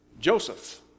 Joseph